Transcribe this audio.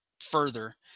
further